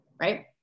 Right